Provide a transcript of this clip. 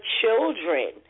children